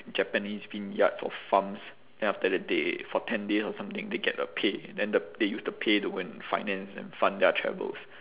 japanese vineyards or farms then after they for ten days or something they get a pay then the they use the pay to go and finance and fund their travels